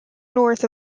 north